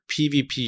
PvP